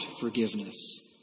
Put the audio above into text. forgiveness